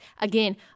again